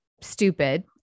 stupid